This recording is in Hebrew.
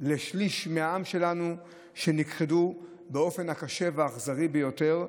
לשליש מהעם שלנו שנכחדו באופן הקשה והאכזרי ביותר.